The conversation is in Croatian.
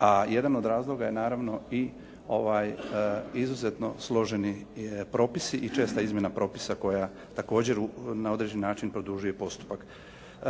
a jedan od razloga je naravno i izuzetno složeni propisi i česta izmjena propisa koja također na određeni način produžuje postupak.